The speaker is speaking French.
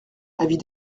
avis